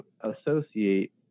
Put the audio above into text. associate